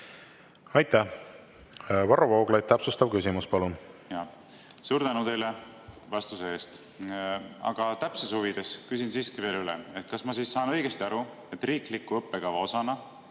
Aitäh! Varro Vooglaid, täpsustav küsimus, palun!